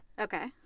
Okay